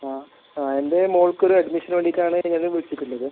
ആ ആ എൻ്റെ മോൾക്ക് ഒരു അഡ്മിഷന് വേണ്ടിയിട്ടാണ് ഞാൻ വിളിച്ചിട്ടുള്ളത്